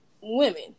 women